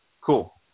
Cool